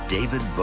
David